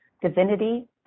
Divinity